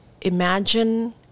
Imagine